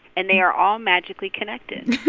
and they are all magically connected